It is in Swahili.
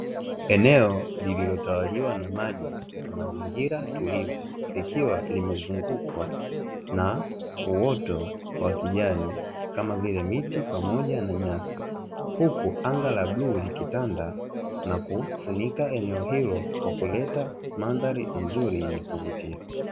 Eneo lililotawaliwa na maji na mazingira tulivu likiwa limezungukwa na uoto wa kijani kama vile miti pamoja na nyasi, huku anga la bluu likitanda na kufunika eneo hilo kwa kuleta mandhari nzuri yenye kuvutia,